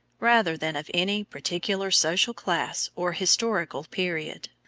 rather than of any particular social class or historical period.